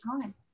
time